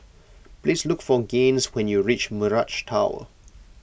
please look for Gaines when you reach Mirage Tower